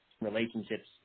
relationships